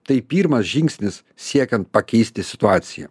tai pirmas žingsnis siekiant pakeisti situaciją